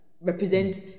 represent